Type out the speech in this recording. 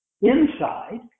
inside